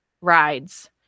rides